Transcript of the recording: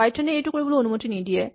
Python এ এইটো কৰিবলৈ অনুমতি নিদিয়ে